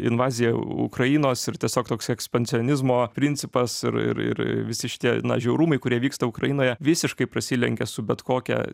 invazija ukrainos ir tiesiog toks ekspansionizmo principas ir ir ir visi šitie na žiaurumai kurie vyksta ukrainoje visiškai prasilenkia su bet kokia